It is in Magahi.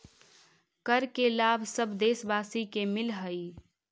कर के लाभ सब देशवासी के मिलऽ हइ